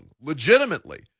legitimately